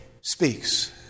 speaks